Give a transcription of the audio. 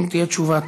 אם תהיה תשובה,